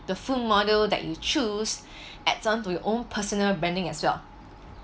the phone model that you choose adds on to your own personal branding as well